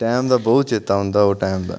ओह् टैम दा बौहत चेता औंदा ओह् टैम दा